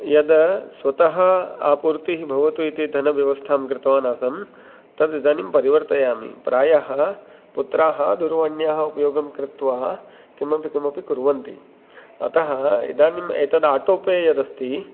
यद् स्वतः आपूर्तिः भवतु इति धनव्यवस्थां कृतवान् आसम् तद् इदानीं परिवर्तयामि प्रायः पुत्राः दूरवाण्याः उपयोगङ्कृत्वा किमपि किमपि कुर्वन्ति अतः इदानीम् एतत् आटो पे यद् अस्ति